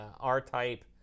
R-Type